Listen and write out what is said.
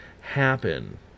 happen